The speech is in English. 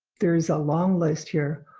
there's a long list here.